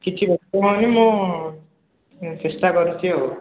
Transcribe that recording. କିଛି ବ୍ୟସ୍ତ ହୁଅନି ମୁଁ ଚେଷ୍ଟା କରୁଛି ଆଉ